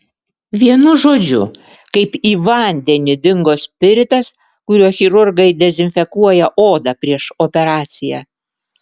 vienu žodžiu kaip į vandenį dingo spiritas kuriuo chirurgai dezinfekuoja odą prieš operaciją